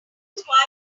ridiculous